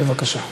בבקשה.